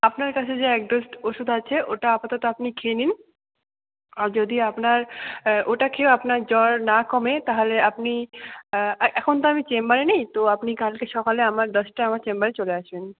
আপনার কাছে যে এক ডোজ ওষুধ আছে ওটা আপাতত আপনি খেয়ে নিন আর যদি আপনার ওটা খেয়েও আপনার জ্বর না কমে তাহলে আপনি এখন তো আমি চেম্বারে নেই তো আপনি কালকে সকালে আমার দশটায় আমার চেম্বারে চলে আসবেন